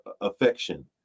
affection